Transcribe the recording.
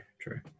True